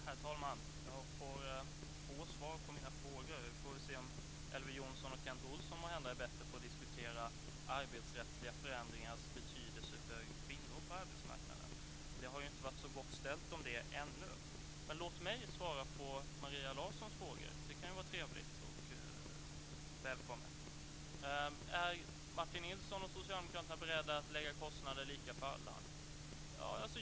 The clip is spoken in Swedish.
Herr talman! Jag får få svar på mina frågor. Vi får väl se om Elver Jonsson och Kent Olsson är bättre på att diskutera arbetsrättsliga förändringars betydelse för kvinnor på arbetsmarknaden. Det har inte varit så gott ställt där ännu. Låt mig svara på Maria Larssons frågor. Det kan ju vara trevligt och välkommet. Är Martin Nilsson och Socialdemokraterna beredda att lägga kostnader lika för alla?